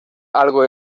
algo